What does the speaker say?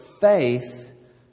faith